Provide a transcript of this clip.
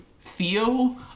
Theo